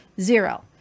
zero